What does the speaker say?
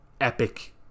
epic